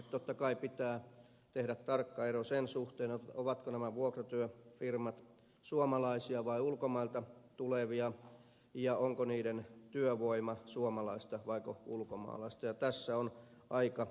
totta kai pitää tehdä tarkka ero sen suhteen ovatko nämä vuokratyöfirmat suomalaisia vai ulkomailta tulevia ja onko niiden työvoima suomalaista vaiko ulkomaalaista ja tässä on aika raju ero